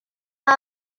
are